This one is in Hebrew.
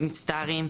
מצטערים".